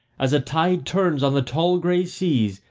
as a tide turns on the tall grey seas,